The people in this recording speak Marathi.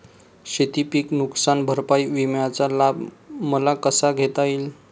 शेतीपीक नुकसान भरपाई विम्याचा लाभ मला कसा घेता येईल?